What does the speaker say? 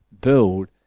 build